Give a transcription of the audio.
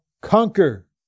conquer